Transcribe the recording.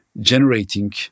generating